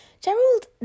Gerald